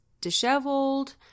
disheveled